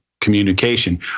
communication